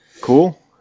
Cool